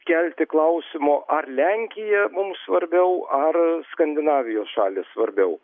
kelti klausimo ar lenkija mums svarbiau ar skandinavijos šalys svarbiau